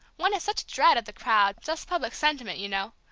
one has such a dread of the crowd, just public sentiment, you know.